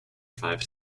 five